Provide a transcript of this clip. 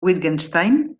wittgenstein